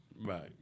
Right